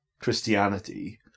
Christianity